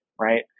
Right